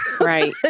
Right